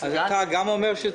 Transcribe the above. האם אתה גם --?